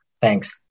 Thanks